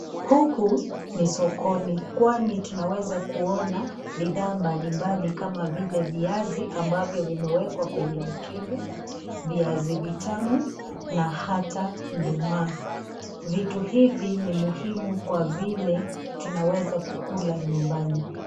Huku ni sokoni kwani tunaweza kuona bidhaa mbalimbali kama vile viazi ambavyo vimewekwa kwenye mikebe, viazi vitamu na ata nduma. Vitu hivi ni muhimu kwa vile tunaweza kukula nyumbani.